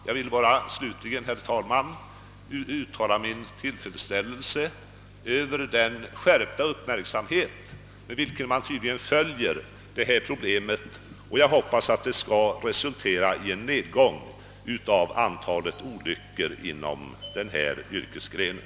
Jag vill bara här uttala min tillfredsställelse över den skärpta uppmärksamhet med vilken man tydligen följer detta problem, och jag hoppas, herr talman, att det skall resultera i en nedgång av antalet olyckor inom denna yrkesgren.